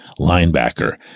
linebacker